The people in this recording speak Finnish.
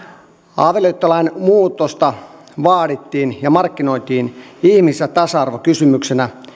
avioliittolain muutosta vaadittiin ja markkinoitiin ihmis ja tasa arvokysymyksenä